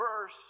verse